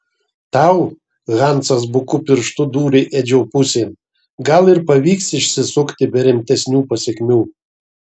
tau hansas buku pirštu dūrė edžio pusėn gal ir pavyks išsisukti be rimtesnių pasekmių